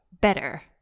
better